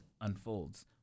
unfolds